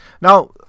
now